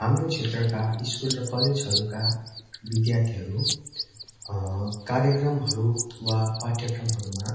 हाम्रो क्षेत्रका स्कुल र कलेजहरूका विद्यार्थीहरू कार्यक्रमहरू वा पाठ्यक्रमहरूमा